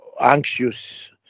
anxious